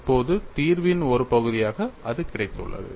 இப்போது தீர்வின் ஒரு பகுதியாக அது கிடைத்துள்ளது